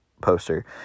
Poster